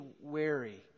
wary